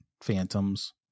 phantoms